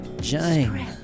Jane